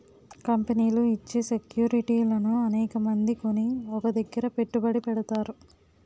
కంపెనీలు ఇచ్చే సెక్యూరిటీలను అనేకమంది కొని ఒక దగ్గర పెట్టుబడి పెడతారు